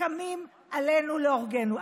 שקמים עלינו להורגנו.